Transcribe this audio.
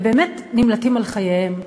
באמת נמלטים על חייהם,